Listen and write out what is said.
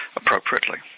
appropriately